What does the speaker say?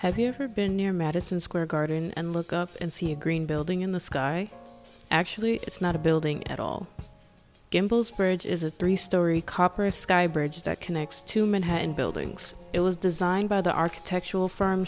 have you ever been near madison square garden and look up and see a green building in the sky actually it's not a building at all gimbals bridge is a three story copper sky bridge that connects to manhattan buildings it was designed by the architectural firm